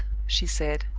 she said,